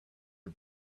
her